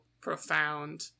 profound